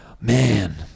Man